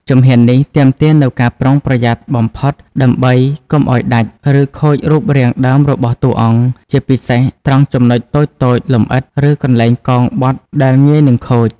ជំហាននេះទាមទារនូវការប្រុងប្រយ័ត្នបំផុតដើម្បីកុំឱ្យដាច់ ឬខូចរូបរាងដើមរបស់តួអង្គ ជាពិសេសត្រង់ចំណុចតូចៗ លម្អិត ឬកន្លែងកោងបត់ដែលងាយនឹងខូច។